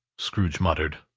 scrooge muttered,